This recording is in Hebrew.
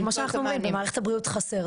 כן, זה כמו שאנחנו אומרים, במערכת הבריאות חסר.